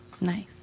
Nice